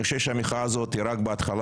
אני חושב שהמחאה הזאת היא רק בהתחלה